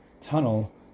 tunnel